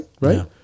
right